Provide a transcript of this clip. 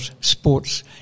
sports